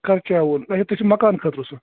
کر کیٛاہ ووٚل اَچھا توہہِ چھُو مَکان خٲطرٕ سُہ